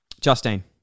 Justine